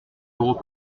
euros